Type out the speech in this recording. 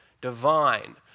divine